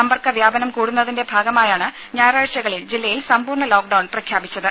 സമ്പർക്ക വ്യാപനം കൂടുന്നതിന്റെ ഭാഗമായാണ് ഞായറാഴ്ചകളിൽ ജില്ലയിൽ സമ്പൂർണ ലോക്ക്ഡൌൺ പ്രഖ്യാപിച്ചത്